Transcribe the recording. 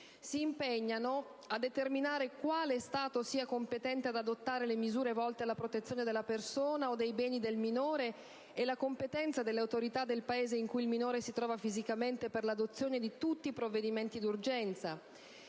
adottati; a determinare quale Stato sia competente ad adottare le misure volte alla protezione della persona o dei beni del minore e la competenza delle autorità del Paese in cui il minore si trova fisicamente per l'adozione di tutti i provvedimenti di urgenza;